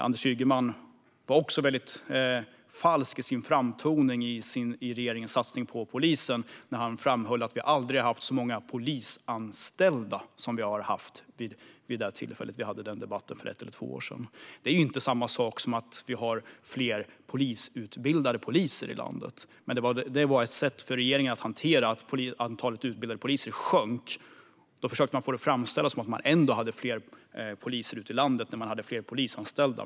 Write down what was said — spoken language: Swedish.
Anders Ygeman var också falsk i sin framtoning gällande regeringens satsning på polisen när han framhöll att vi aldrig haft så många polisanställda som vi hade vid det tillfället; den debatten hölls för ett eller två år sedan. Det är inte samma sak som att vi hade fler polisutbildade poliser i landet. Det var dock ett sätt för regeringen att hantera att antalet utbildade poliser sjönk: Man försökte få det att framstå som att det ändå fanns fler poliser ute i landet, för att man hade fler polisanställda.